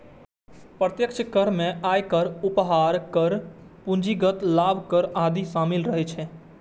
प्रत्यक्ष कर मे आयकर, उपहार कर, पूंजीगत लाभ कर आदि शामिल रहै छै